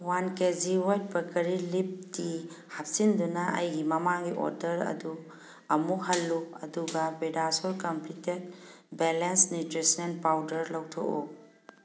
one kg Wagh Bakri leaf tea ꯍꯥꯞꯆꯤꯟꯗꯨꯅ ꯑꯩꯒꯤ ꯃꯃꯥꯡꯒꯤ ꯑꯣꯔꯗꯔ ꯑꯗꯨ ꯑꯃꯨꯛ ꯍꯜꯂꯨ ꯑꯗꯨꯒ PediaSure complete balanced nutritional powder ꯂꯧꯊꯣꯛꯎ